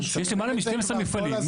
יש למעלה מ-12 מפעלים.